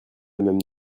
même